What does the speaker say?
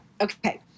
Okay